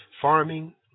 farming